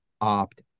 opt